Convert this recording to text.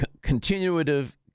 continuative